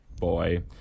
boy